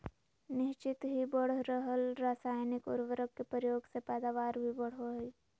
निह्चित ही बढ़ रहल रासायनिक उर्वरक के प्रयोग से पैदावार भी बढ़ो हइ